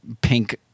pink